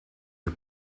are